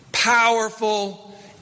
powerful